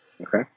Okay